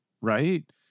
right